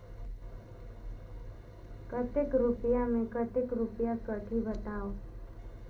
कतेक रुपिया मे कतेक रुपिया कटही बताव?